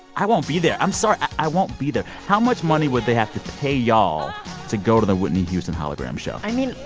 i won't be there. i'm sorry. i won't be there. how much money would they have to pay y'all to go to the whitney houston hologram show? i mean,